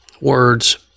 words